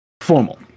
formal